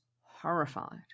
horrified